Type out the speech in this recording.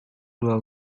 dua